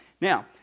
Now